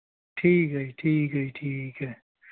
ਠੀਕ ਹੈ ਜੀ ਠੀਕ ਹੈ ਜੀ ਠੀਕ ਹੈ